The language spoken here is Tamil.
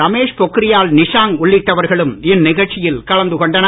ரமேஷ் பொக்ரியால் நிஷாங்க் உள்ளிட்டவர்களும் இந்நிகழ்ச்சியில் கலந்து கொண்டனர்